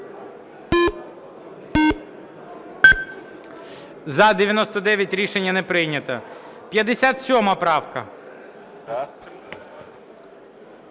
За-99 Рішення не прийнято. 57 правка.